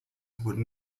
would